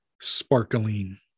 sparkling